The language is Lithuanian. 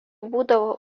būdavo